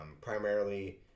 primarily